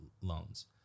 loans